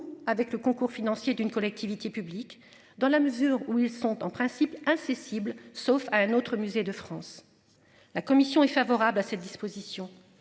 avec le concours financier d'une collectivité publique dans la mesure où ils sont en principe incessibles sauf à un autre musée de France. La commission est favorable à cette disposition.